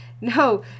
no